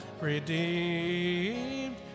Redeemed